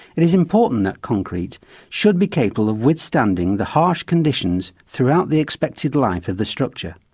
it is important that concrete should be capable of withstanding the harsh conditions throughout the expected life of the structure.